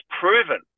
proven